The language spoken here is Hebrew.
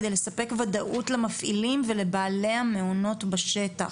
כדי לספק וודאות למפעילים ולבעלי המעונות בשטח.